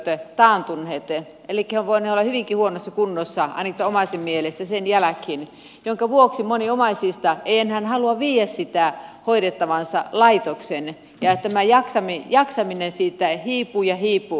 elikkä he ovat voineet olla hyvinkin huonossa kunnossa ainakin tämän omaisen mielestä sen jälkeen minkä vuoksi moni omaisista ei enää halua viedä sitä hoidettavaansa laitokseen ja tämä jaksaminen siitä hiipuu ja hiipuu